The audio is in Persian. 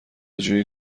جویی